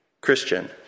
Christian